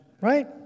Right